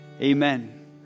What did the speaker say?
Amen